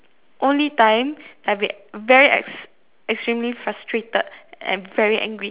only time I've been very ex~ extremely frustrated and very angry